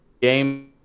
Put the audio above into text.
Game